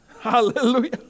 Hallelujah